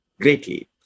greatly